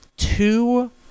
Two